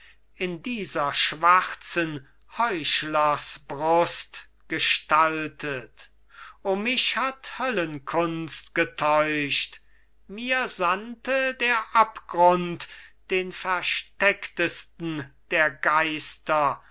in dieser schwarzen heuchlersbrust gestaltet o mich hat höllenkunst getäuscht mir sandte der abgrund den verstecktesten der geister